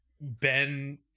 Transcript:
Ben